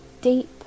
deep